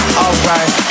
alright